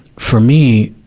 for me,